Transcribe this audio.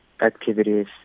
activities